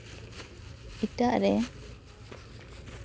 ᱮᱴᱟᱜ ᱨᱮ